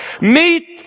meet